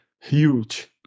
huge